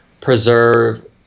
preserve